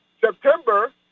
september